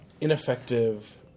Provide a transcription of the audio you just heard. ineffective